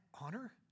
honor